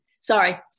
Sorry